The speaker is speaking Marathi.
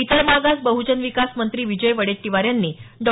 इतर मागास बह्जन विकास मंत्री विजय वडेट्टीवार यांनी डॉ